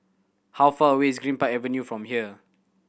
how far away is Greenpark Avenue from here